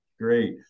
Great